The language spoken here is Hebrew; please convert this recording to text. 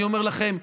אני אומר לכם,